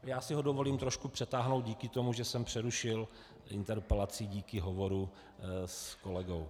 Já si ho dovolím trošku přetáhnout díky tomu, že jsem přerušil interpelaci díky vašemu hovoru s kolegou.